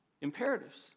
imperatives